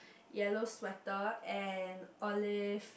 yellow sweater and olive